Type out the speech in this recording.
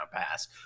pass